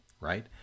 right